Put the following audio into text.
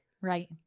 Right